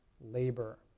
labor